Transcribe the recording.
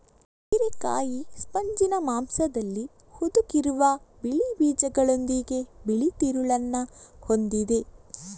ಹಿರೇಕಾಯಿ ಸ್ಪಂಜಿನ ಮಾಂಸದಲ್ಲಿ ಹುದುಗಿರುವ ಬಿಳಿ ಬೀಜಗಳೊಂದಿಗೆ ಬಿಳಿ ತಿರುಳನ್ನ ಹೊಂದಿದೆ